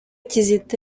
kizito